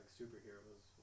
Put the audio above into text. superheroes